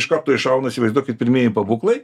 iš karto iššauna įsivaizduokit pirmieji pabūklai